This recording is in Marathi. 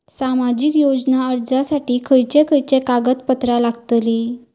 सामाजिक योजना अर्जासाठी खयचे खयचे कागदपत्रा लागतली?